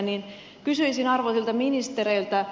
kysyisin arvoisilta ministereiltä